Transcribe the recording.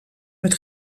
met